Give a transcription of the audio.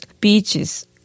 beaches